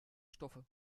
stoffe